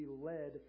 led